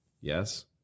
Yes